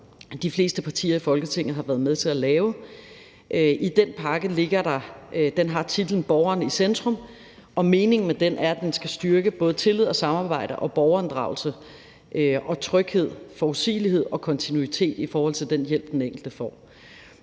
de fleste partier i Folketinget har været med til at lave. Den har titlen »Borgeren i centrum«, og meningen med den er, at den skal styrke både tillid og samarbejde og borgerinddragelse og tryghed, forudsigelighed og kontinuitet i forhold til den hjælp, den enkelte får.